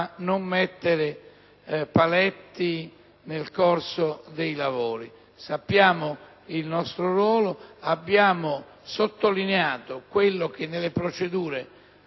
non mettere paletti nel corso dei lavori. Conosciamo il nostro ruolo, abbiamo sottolineato quello che nelle procedure